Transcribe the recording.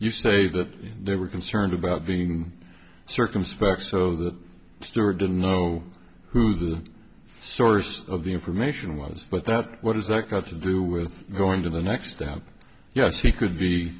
you say that they were concerned about being circumspect so that stewart didn't know who the source of the information was but that what is that got to do with going to the next step yes he could be